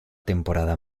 temporada